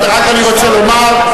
רק אני רוצה לומר,